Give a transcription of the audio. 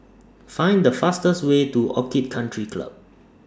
Find The fastest Way to Orchid Country Club